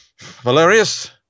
Valerius